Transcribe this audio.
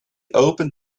opened